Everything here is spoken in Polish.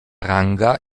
ranga